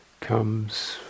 comes